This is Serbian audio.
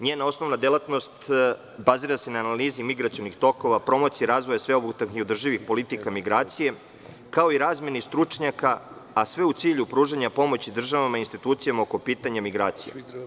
Njena osnovna delatnost se bazira na analizi migracionih tokova, promocije razvoja sveobuhvatne politike migracije, kao i razmena stručnjaka, a sve u cilju pružanja pomoći državama i institucijama oko pitanja migracije.